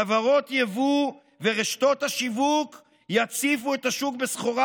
חברות יבוא ורשתות השיווק יציפו את השוק בסחורה